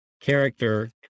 character